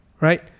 Right